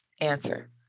Answer